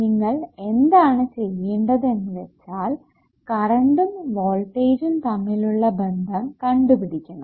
നിങ്ങൾ എന്താണ് ചെയ്യേണ്ടതു എന്ന് വെച്ചാൽ കറണ്ടും വോൾട്ടേജ്ജും തമ്മിലുള്ള ബന്ധം കണ്ടുപിടിക്കണം